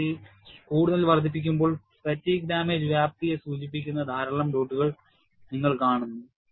cycle കൂടുതൽ വർദ്ധിപ്പിക്കുമ്പോൾ fatigue damage വ്യാപ്തിയെ സൂചിപ്പിക്കുന്ന ധാരാളം ഡോട്ടുകൾ നിങ്ങൾ കാണുന്നു